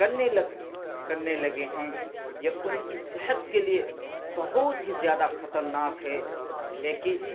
کرنے لگ کرنے لگے ہیں یہ ان کی صحت کے لیے بہت ہی زیادہ خطرناک ہے لیکی